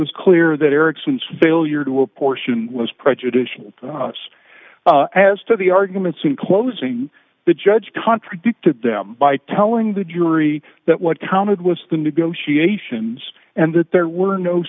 was clear that eriksson's failure to apportion was prejudicial us as to the arguments in closing the judge contradicted them by telling the jury that what counted was the negotiations and that there were no